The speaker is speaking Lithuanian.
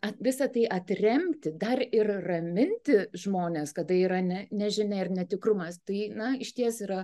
apie visa tai atremti dar ir raminti žmones kad tai yra ne nežinią ir netikrumas tai na išties yra